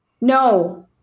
No